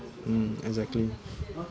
mm exactly